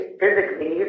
physically